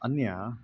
अन्य